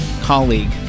Colleague